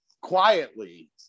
quietly